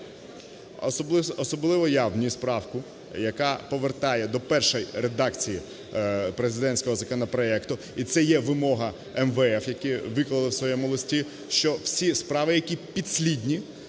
Особливо я вніс правку, яка повертає до першої редакції президентського законопроекту. І це є вимога МВФ, які виклали у своєму листі, що всі справи, які підслідні